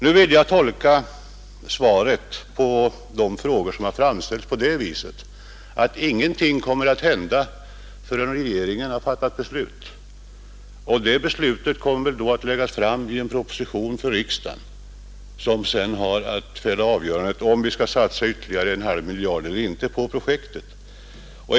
Nu vill jag tolka svaret på de frågor som framställts på det viset att ingenting kommer att hända förrän regeringen har fattat beslut. Det beslutet kommer då att framläggas i en proposition inför riksdagen, som sedan har att träffa avgörandet — om vi skall satsa ytterligare en halv miljard på projektet.